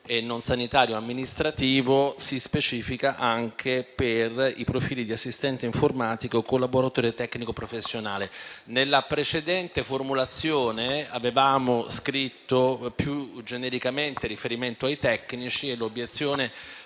socio-sanitario e amministrativo», si fa riferimento anche ai profili di «assistente informatico e collaboratore tecnico professionale». Nella precedente formulazione avevamo scritto più genericamente un riferimento ai tecnici e l'obiezione